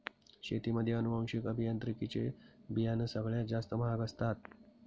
शेतीमध्ये अनुवांशिक अभियांत्रिकी चे बियाणं सगळ्यात जास्त महाग असतात